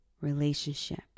relationship